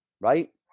right